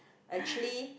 actually